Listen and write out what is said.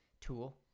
Tool